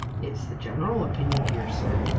it's the general opinion here, sir.